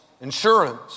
insurance